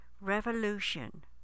revolution